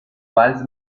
vals